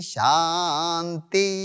Shanti